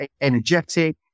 energetic